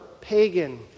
pagan